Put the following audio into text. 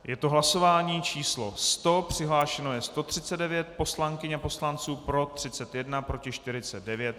Je to hlasování číslo 100, přihlášeno je 139 poslankyň a poslanců, pro 31, proti 49.